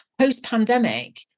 post-pandemic